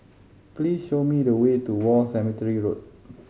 please show me the way to War Cemetery Road